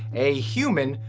a human,